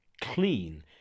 clean